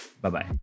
Bye-bye